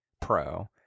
Pro